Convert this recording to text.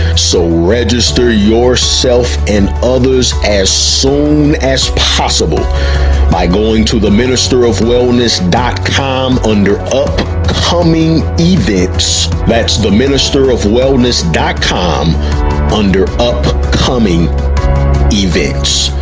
so register yourself and others as soon as possible by going to the minister of wellness dot com under up humming events. that's the minister of wellness dot com under up coming events.